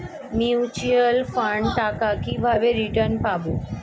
Mutual ফান্ডের টাকা কিভাবে রিটার্ন পাব?